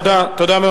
תודה.